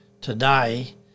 today